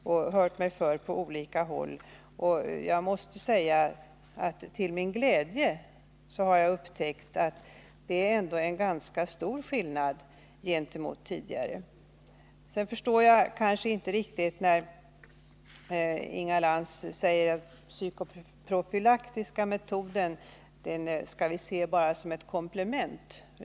Jag har hört mig för på olika håll, och till min glädje har jag upptäckt att det nu är ganska stor skillnad gentemot tidigare. Jag förstår inte Inga Lantz riktigt när hon säger att den psykoprofylaktiska metoden skall ses bara som ett komplement.